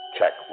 Check